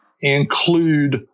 include